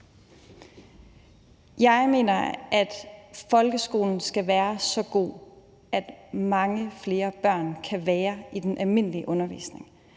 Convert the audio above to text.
Jeg mener, at folkeskolen skal være så god, at mange flere børn kan være i den almindelige undervisning.